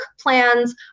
plans